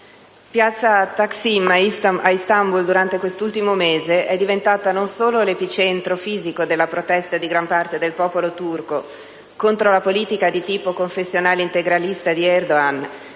piazza Taksim a Istanbul durante quest'ultimo mese è diventata non solo l'epicentro fisico della protesta di gran parte del popolo turco contro la politica di tipo «confessional-integralista» di Erdogan,